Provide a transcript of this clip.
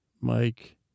Mike